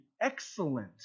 excellent